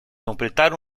completare